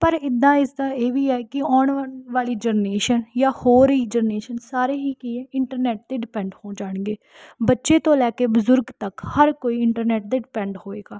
ਪਰ ਇੱਦਾਂ ਇਸਦਾ ਇਹ ਵੀ ਆ ਕਿ ਆਉਣ ਵਾ ਵਾਲੀ ਜਨਰੇਸ਼ਨ ਜਾਂ ਹੋਰ ਹੀ ਜਨਰੇਸ਼ਨ ਸਾਰੇ ਹੀ ਕੀ ਏ ਇੰਟਰਨੈੱਟ 'ਤੇ ਡਿਪੈਂਡ ਹੋ ਜਾਣਗੇ ਬੱਚੇ ਤੋਂ ਲੈ ਕੇ ਬਜ਼ੁਰਗ ਤੱਕ ਹਰ ਕੋਈ ਇੰਟਰਨੈੱਟ 'ਤੇ ਡਿਪੈਂਡ ਹੋਏਗਾ